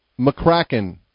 McCracken